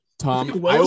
Tom